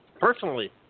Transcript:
personally